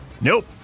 Nope